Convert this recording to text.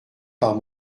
par